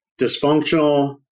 Dysfunctional